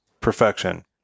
perfection